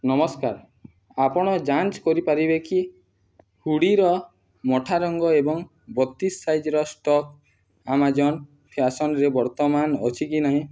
ନମସ୍କାର ଆପଣ ଯାଞ୍ଚ କରିପାରିବେ କି ହୁଡ଼ିର ମଠା ରଙ୍ଗ ଏବଂ ବତିଶ ସାଇଜ୍ର ଷ୍ଟକ୍ ଆମାଜନ୍ ଫ୍ୟାଶନ୍ରେ ବର୍ତ୍ତମାନ ଅଛି କି ନାହିଁ